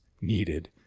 needed